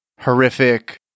horrific